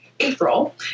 April